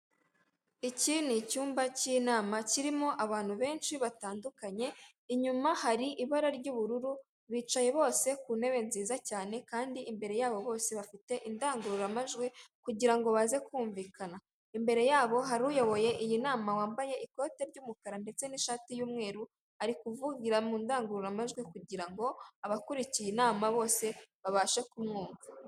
Iki ni cyumba cy'inama kirimo abantu benshi batandukanye, inyuma hari ibara ry'ubururu bicaye bose ku ntebe nziza cyane, kandi imbere yabo bose bafite indangururamajwi kugirango baze kumvikana, imbere yabo hari uyoboye iyi nama wambaye ikote ry'umukara ndetse n'ishati y'umweru ari kuvugira mu ndangururamajwi kugira ngo abakurikiye inama bose babashe kumwumva.